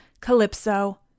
Calypso